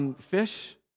fish